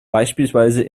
beispielsweise